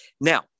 Now